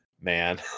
Man